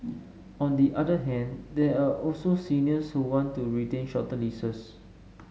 on the other hand there are also seniors who want to retain shorter leases